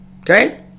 okay